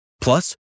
Plus